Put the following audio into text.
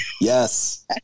Yes